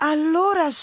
Allora